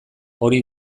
hori